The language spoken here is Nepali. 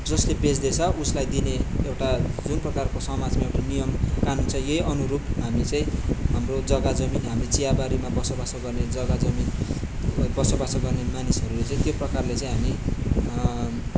जोसले बेच्दैछ उसलाई दिने एउटा जुन प्रकारको समाजमा एउटा नियम कानुन छ यही अनुरूप हामी चाहिँ हाम्रो जग्गा जमिन हामी चियाबारीमा बसोबासो गर्ने जग्गा जमिन बसोबासो गर्ने मानिसहरूले चाहिँ त्यो प्रकारले चाहिँ हामी